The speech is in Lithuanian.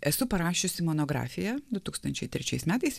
esu parašiusi monografiją du tūkstančiai trečiais metais